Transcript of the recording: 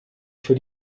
für